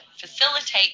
facilitate